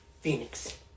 phoenix